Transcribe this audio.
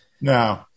No